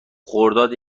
خرداد